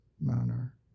manner